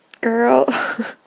girl